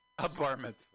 Apartment